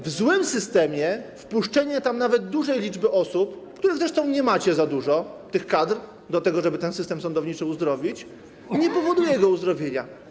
W złym systemie wpuszczenie tam nawet znacznej liczby osób, których zresztą nie macie za dużo, tych kadr, żeby ten system sądowniczy uzdrowić, nie powoduje jego uzdrowienia.